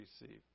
receive